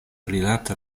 rilate